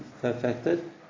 Perfected